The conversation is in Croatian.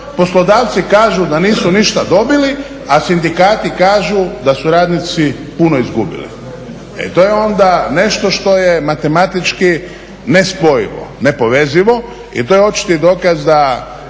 Poslodavci kažu da nisu ništa dobili, a sindikati kažu da su radnici puno izgubili. E to je onda nešto što je matematički nespojivo, nepovezivo i to je očiti dokaz da